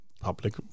public